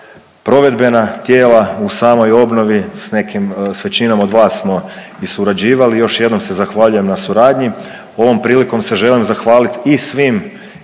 provedbena tijela u samoj obnovi, s nekim, s većinom od vas smo i surađivali i još jednom se zahvaljujem na suradnji. Ovom prilikom se želim zahvaliti i svim